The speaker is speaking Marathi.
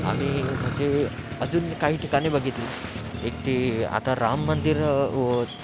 आणि म्हणजे अजून काही ठिकाणे बघितली एक ते आता राम मंदिर होत